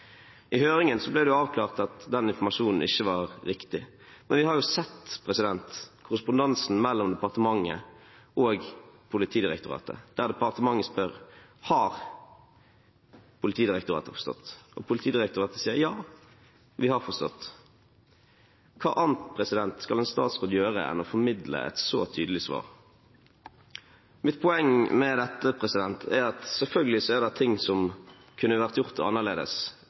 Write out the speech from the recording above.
I høringen ble det avklart at den informasjonen ikke var riktig, men vi har jo sett korrespondansen mellom departementet og Politidirektoratet, der departementet spør: Har Politidirektoratet forstått? Og Politidirektoratet sier ja, vi har forstått. Hva annet skal en statsråd gjøre enn å formidle et så tydelig svar? Mitt poeng med dette er at det selvfølgelig er ting som kunne vært gjort annerledes